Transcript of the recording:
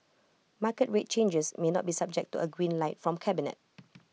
market rate changes may not be subject to A green light from cabinet